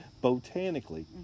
botanically